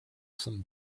some